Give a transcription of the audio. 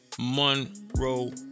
Monroe